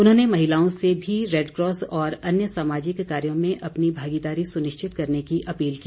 उन्होंने महिलाओं से भी रेडकॉस और अन्य सामाजिक कार्यो में अपनी भागीदारी सुनिश्चित करने की अपील की